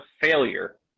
failure